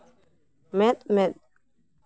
ᱢᱮᱸᱫ ᱢᱮᱸᱫ